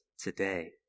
today